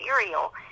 material